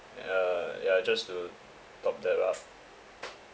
ya ya just to top them up